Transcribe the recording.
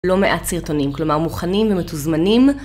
לא מעט סרטונים, כלומר מוכנים ומתוזמנים.